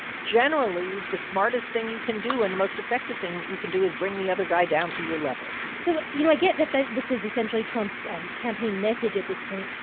generally, the smartest thing you can do and the most effective thing you can do is bring the other guy down to your level so, you know, i get that this is, essentially, trump's um campaign message at this point.